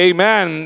Amen